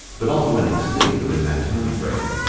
but all went extinct within that time frame,